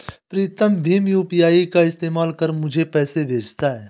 प्रीतम Bhim UPI का इस्तेमाल कर मुझे पैसे भेजता है